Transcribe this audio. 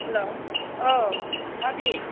हेल' औ माबि